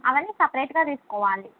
అవి అన్నీ సెపరేట్గా తీసుకోవాలి